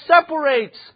separates